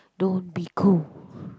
don't be cool